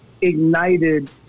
ignited